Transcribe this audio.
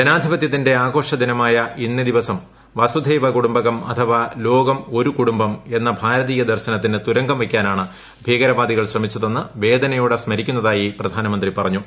ജനാധിപത്യത്തിന്റെ ആഘോഷദിന്റ്മായ് ്ഇന്നേ ദിവസം വസുധൈവ കുടുംബകം അഥവാ ലോകം ഒരു കുടുംബം എന്ന ഭാരതീയ ദർശനത്തിന് തുരങ്കംവെയ്ക്കാനാണ് ഭീകരവാദികൾ ശ്രമിച്ചതെന്ന് വേദനയോടെ സ്മരിക്കുന്നതായി പ്രധാനമന്ത്രി പറഞ്ഞു